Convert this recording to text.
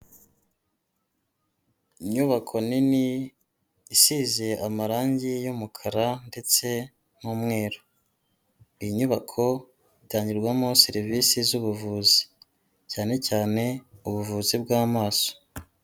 Inyubako nini isize amarangi y'umukara ndetse n'umweru, iyi nyubako itangirwamo serivisi z'ubuvuzi cyane cyane ubuvuzi bw'amaso.